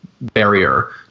barrier